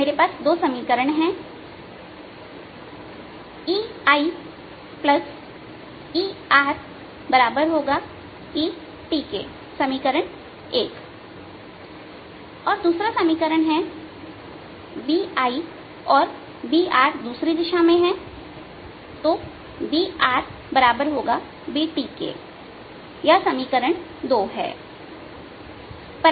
मेरे पास दो समीकरण है EIERET समीकरण और दूसरा समीकरण है BI और BR दूसरी दिशा में है BR BT यह समीकरण है